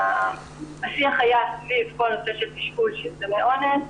השיח היה סביב כל נושא התשאול של האונס.